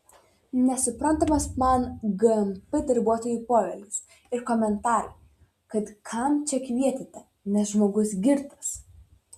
nesuprantamas man gmp darbuotojų poelgis ir komentarai kad kam čia kvietėte nes žmogus girtas